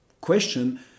question